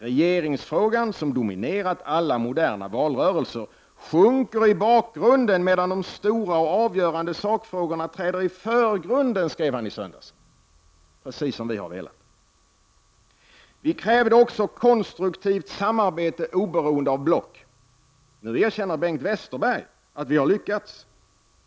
”Regeringsfrågan som dominerat alla moderna valrörelser sjunker kanske i bakgrunden, medan de stora och avgörande sakfrågorna träder i förgrunden”, skrev han i söndags. Det är precis detta vi har velat. Vi krävde också konstruktivt samarbete oberoende av block. Nu erkänner Bengt Westerberg att vi har lyckats.